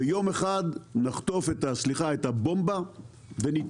ויום אחד נחטוף סליחה את הבומבה ונתעורר.